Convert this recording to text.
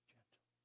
Gentle